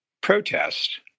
protest